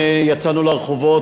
יצאנו לרחובות,